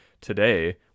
today